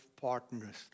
partners